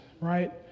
right